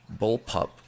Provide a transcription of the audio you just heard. bullpup